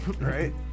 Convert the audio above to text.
right